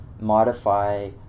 modify